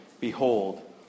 Behold